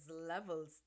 levels